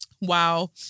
Wow